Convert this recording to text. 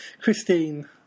Christine